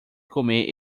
comer